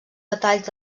detalls